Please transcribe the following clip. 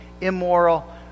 immoral